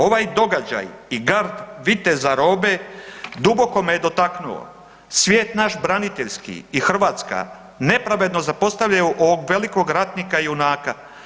Ovaj događaj i gard viteza Robe duboko me dotaknuo, svijet naš braniteljski i Hrvatska nepravedno zapostavljaju ovog velikog ratnika junaka.